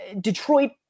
Detroit